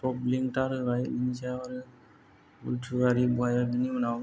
लिंथार होबाय बेनि सायाव आरो हुल्थु आरि बहायनायनि उनाव